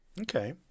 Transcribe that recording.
okay